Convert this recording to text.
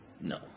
No